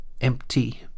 empty